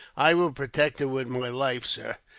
i will protect her with my life, sir,